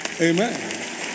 Amen